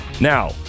Now